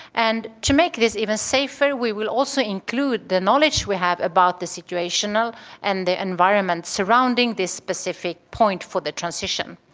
and to make this even safer we will also include the knowledge we have about the situation ah and the environment surrounding this specific point for the transition.